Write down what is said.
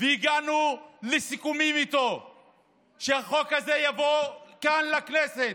והגענו איתו לסיכומים שהחוק הזה יבוא לכאן, לכנסת,